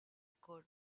could